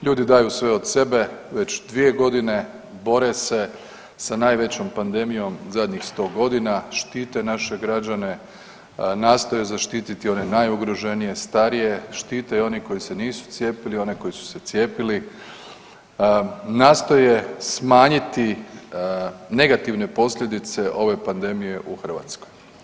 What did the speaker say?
Ljudi daju sve od sebe već 2 godine, bore se sa najvećom pandemijom zadnjih 100 godina, štite naše građane, nastoje zaštititi one najugroženije, starije, štite i oni koji se nisu cijepili, one koje su se cijepili, nastoje smanjiti negativne posljedice ove pandemije u Hrvatskoj.